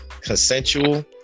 Consensual